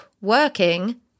working